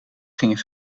gingen